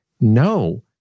No